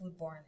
foodborne